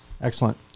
Excellent